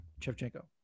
Chevchenko